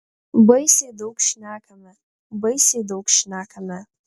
baisiai daug šnekame baisiai daug šnekame